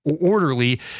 orderly